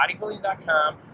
Bodybuilding.com